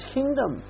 Kingdom